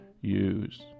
use